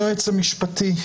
היועץ המשפטי,